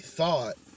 thought